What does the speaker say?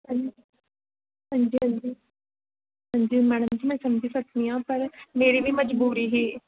हां जी हां जी हां जी मैडम जी में समझी सकनी आं पर मेरी बी मजबूरी ही